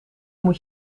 moet